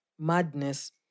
Madness